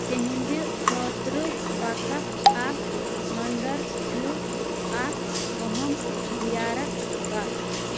تِہنٛدٕ خٲطرٕ وقف اکھ منٛدر چھُ اکھ اَہَم زیارت گاہ